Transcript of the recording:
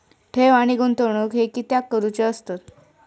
ठेव आणि गुंतवणूक हे कित्याक करुचे असतत?